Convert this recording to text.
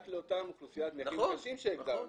רק לאותה אוכלוסיית נכים קשים שהגדרנו.